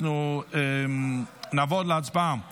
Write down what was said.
נעבור להצבעה